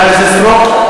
חברת הכנסת סטרוק?